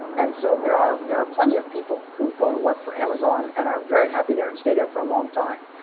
and so there are there are plenty of people who go to work for amazon and are very happy there and stay there for a long time.